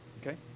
Okay